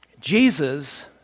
jesus